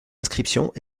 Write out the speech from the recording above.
inscriptions